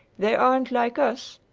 they aren't like us,